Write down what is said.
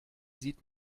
sieht